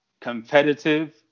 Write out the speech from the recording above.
competitive